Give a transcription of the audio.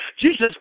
Jesus